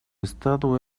estado